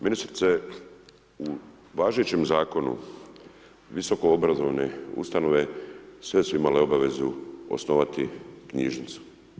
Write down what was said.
Ministrice, u važećem zakonu visokoobrazovane ustanove sve su imale obavezu osnovati knjižnicu.